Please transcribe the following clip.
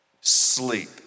sleep